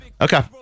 Okay